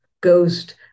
Ghost